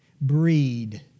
breed